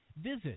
Visit